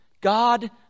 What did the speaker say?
God